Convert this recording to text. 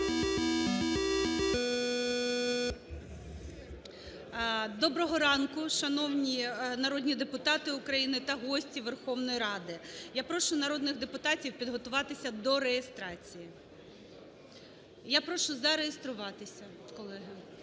Доброго ранку, шановні народні депутати України та гості Верховної Ради! Я прошу народних депутатів підготуватись до реєстрації. Я прошу зареєструватись, колеги.